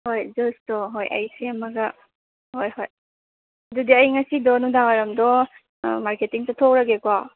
ꯍꯣꯏ ꯖꯨꯁꯇꯣ ꯍꯣꯏ ꯑꯩ ꯁꯦꯝꯃꯒ ꯍꯣꯏ ꯍꯣꯏ ꯑꯗꯨꯗꯤ ꯑꯩ ꯉꯁꯤꯗꯣ ꯅꯨꯡꯗꯥꯡꯋꯥꯏꯔꯝꯗꯣ ꯃꯥꯔꯀꯦꯇꯤꯡ ꯆꯠꯊꯣꯛꯎꯔꯒꯦꯀꯣ